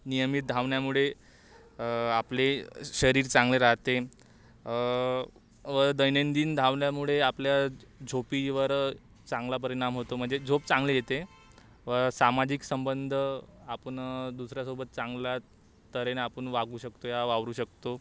नियमित धावण्यामुळे आपले शरीर चांगले राहते व दैनंदिन धावण्यामुळे आपल्या झोपेवर चांगला परिणाम होतो म्हणजे झोप चांगली येते व सामाजिक संबंध आपण दुसऱ्यासोबत चांगल्या तऱ्हेने आपण वागू शकतो या वावरू शकतो